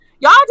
Y'all